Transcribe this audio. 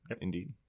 Indeed